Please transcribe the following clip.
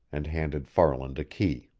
and handed farland a key.